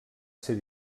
ser